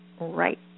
right